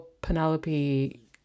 Penelope